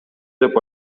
деп